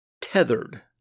tethered